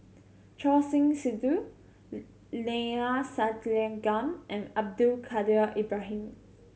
Choor Singh Sidhu Neila Sathyalingam and Abdul Kadir Ibrahim